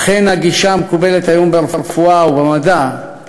אכן הגישה המקובלת היום ברפואה ובמדע היא